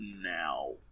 now